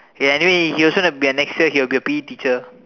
ya anyway he also then be next year gonna be a P_E teacher